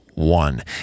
One